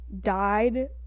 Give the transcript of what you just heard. died